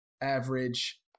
average